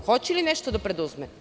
Hoće li nešto da preduzme?